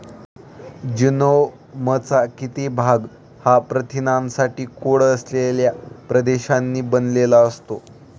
जीनोमचा किती भाग हा प्रथिनांसाठी कोड असलेल्या प्रदेशांनी बनलेला असतो?